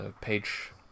page